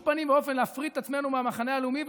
פנים ואופן להפריד את עצמנו מהמחנה הלאומי.